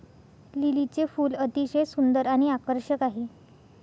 लिलीचे फूल अतिशय सुंदर आणि आकर्षक आहे